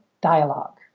dialogue